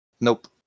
Nope